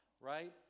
right